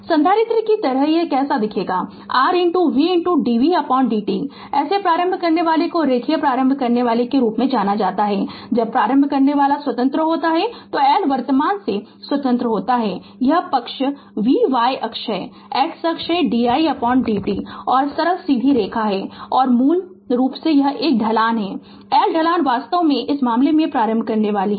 Refer Slide Time 1140 संधारित्र की तरह ही यह कैसा दिखेगा R C dvdt ऐसे प्रारंभ करनेवाला को रैखिक प्रारंभ करनेवाला के रूप में जाना जाता है जब प्रारंभ करनेवाला स्वतंत्र होता है तो L वर्तमान से स्वतंत्र होता है तो यह पक्ष v y अक्ष है x अक्ष didt है और सरल सीधी रेखा है मूल और यह ढलान है कि L ढलान वास्तव में इस मामले में प्रारंभ करनेवाला है